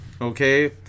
okay